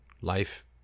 life